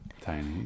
Tiny